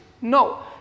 No